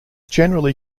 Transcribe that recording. generally